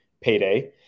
payday